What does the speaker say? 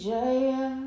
Jaya